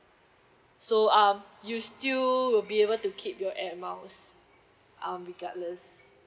so um you still will be able to keep your air miles um regardless